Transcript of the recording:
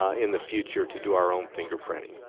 in the future, to do our own fingerprinting.